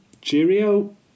cheerio